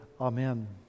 Amen